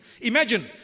imagine